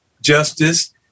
justice